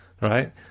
right